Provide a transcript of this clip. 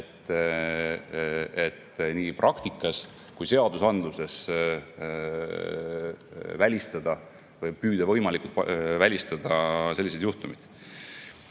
et nii praktikas kui ka seadusandluses välistada või püüda võimalikult palju välistada selliseid juhtumeid.